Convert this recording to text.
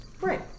Right